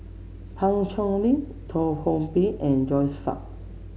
Pan Cheng Lui Teo Ho Pin and Joyce Fan